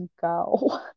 go